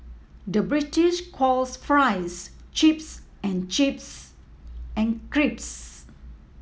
the British calls fries chips and chips and crisps